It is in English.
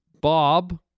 Bob